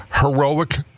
heroic